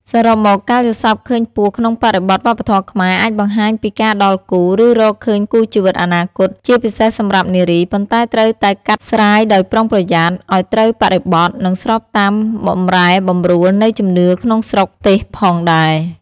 សរុបមក ការយល់សប្តិឃើញពស់ក្នុងបរិបទវប្បធម៌ខ្មែរអាចបង្ហាញពីការដល់គូ ឬរកឃើញគូជីវិតអនាគត (ជាពិសេសសម្រាប់នារី) ប៉ុន្តែត្រូវតែកាត់ស្រាយដោយប្រុងប្រយ័ត្ន ឱ្យត្រូវបរិបទ និងស្របតាមបម្រែបម្រួលនៃជំនឿក្នុងស្រុកទេសផងដែរ។